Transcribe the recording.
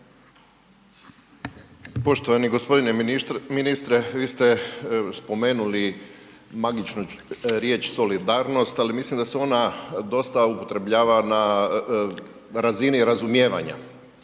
Poštovani gospodine ministre. Vi ste spomenuli magičnu riječ solidarnost, ali mislim da se ona dosta upotrebljava na razini razumijevanja.